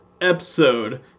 episode